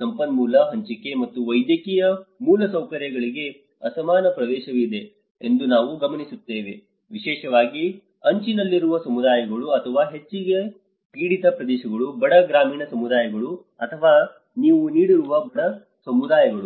ಸಂಪನ್ಮೂಲ ಹಂಚಿಕೆ ಮತ್ತು ವೈದ್ಯಕೀಯ ಮೂಲಸೌಕರ್ಯಗಳಿಗೆ ಅಸಮಾನ ಪ್ರವೇಶವಿದೆ ಎಂದು ನಾವು ಗಮನಿಸುತ್ತೇವೆ ವಿಶೇಷವಾಗಿ ಅಂಚಿನಲ್ಲಿರುವ ಸಮುದಾಯಗಳು ಅಥವಾ ಹೆಚ್ಚಾಗಿ ಪೀಡಿತ ಪ್ರದೇಶಗಳು ಬಡ ಗ್ರಾಮೀಣ ಸಮುದಾಯಗಳು ಅಥವಾ ನೀವು ತಿಳಿದಿರುವ ಬಡ ಸಮುದಾಯಗಳು